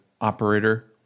operator